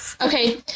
Okay